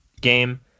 game